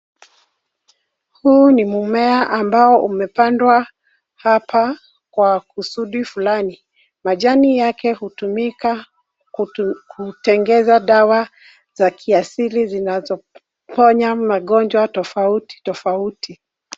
Huu ni mmea ambao umepandwa hapa kwa kusudi fulani majani yake hutumika kutengeza dawa za kiasiri zinazoponya magonjwa tofauti tofauti.